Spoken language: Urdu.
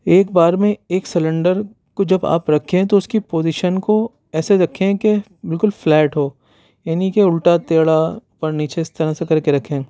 ایک بار میں ایک سیلنڈر کو جب آپ رکھیں تو اُس کی پوزیشن کو ایسے رکھیں کہ بالکل فلیٹ ہو یعنی کہ اُلٹا ٹیڑھا اور نیچے اِس طرح سے کرکے رکھیں